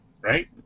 Right